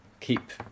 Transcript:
Keep